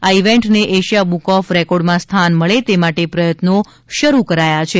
આ ઇવેન્ટ ને Asia book of રેકોર્ડમાં સ્થાન મળે તે માટે પ્રયત્નો શરૂ કરાયા છે